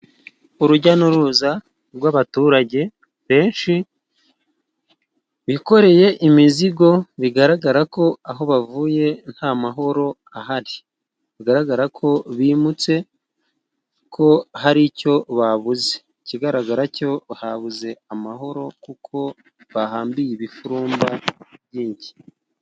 Urujya n'uruza rw'abaturage benshi bikoreye imizigo bigaragara ko aho bavuye nta mahoro ahari. Bigaragara ko bimutse, ko hari icyo babuze. Ikigaragara cyo habuze amahoro, kuko bahambiriye ibifurumba byinshi .